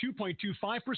2.25%